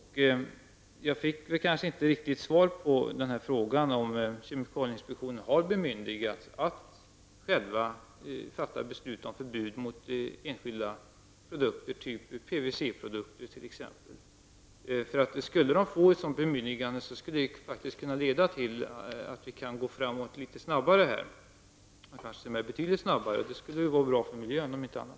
Jag fick inte riktigt svar på frågan om huruvida kemikalieinspektionen har bemyndigats att själv fatta beslut om förbud mot enskilda produkter, t.ex. PVC-produkter. Skulle kemikalieinspektionen få ett sådant bemyndigande kan det leda till att vi kan gå fram litet snabbare på det här området, kanske t.o.m. betydligt snabbare. Det skulle vara bra för miljön om inte annat.